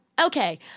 Okay